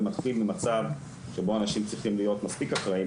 מתחיל ממצב שבו אנשים צריכים להיות מספיק אחראיים,